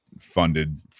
funded